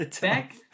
back